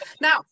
now